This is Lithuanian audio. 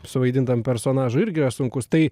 suvaidintam personažui irgi yra sunkus tai